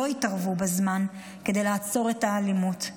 לא התערבו בזמן כדי לעצור את האלימות.